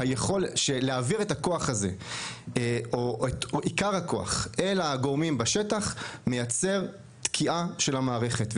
שהעברת עיקר הכוח אל הגורמים בשטח מייצר תקיעה של המערכת,